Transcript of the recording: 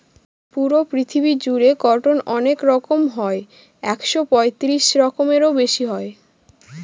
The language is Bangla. পুরো পৃথিবী জুড়ে কটন অনেক রকম হয় একশো পঁয়ত্রিশ রকমেরও বেশি হয়